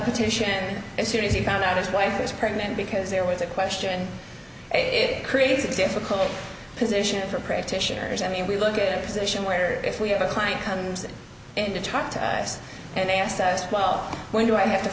petition and as soon as he found out his wife was pregnant because there was a question it creates example pole position for practitioners i mean we look at a position where if we have a client comes in to talk to us and they asked us well when do i have to